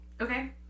Okay